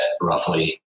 roughly